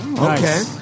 Okay